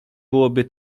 byłoby